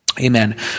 amen